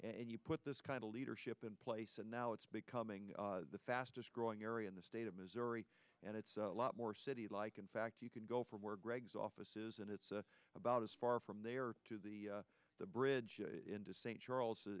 and you put this kind of leadership in place and now it's becoming the fastest growing area in the state of missouri and it's a lot more city like in fact you can go from where greg's offices and it's about as far from there to the bridge into st charles